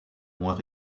moins